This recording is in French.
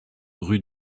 rue